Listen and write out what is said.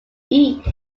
east